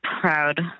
proud